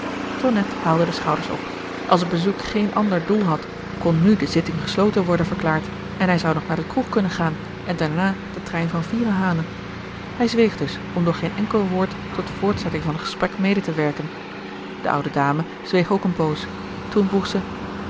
haalde de schouders op als het bezoek geen ander doel had kon nu de zitting gesloten worden verklaard en hij zou nog naar de kroeg kunnen gaan en daarna den trein van vieren halen hij zweeg dus om door geen enkel woord tot voortzetting van het gesprek mede te werken de oude dame zweeg ook een poos